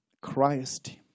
Christ